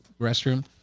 restroom